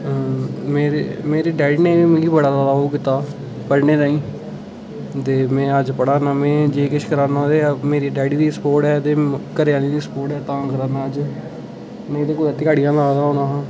मेरे मेरे डैडी ने बी मिगी बड़ा ओह् कीता पढ़ने ताईं ते में अज्ज पढ़ा ना में किश करै ना ते मेरी डैडी दी स्पोर्ट ऐ ते घरें आह्लें दी स्पोर्ट तां करै ना अज्ज नेईं ते कुतै ध्याड़ियां ला दा होना हा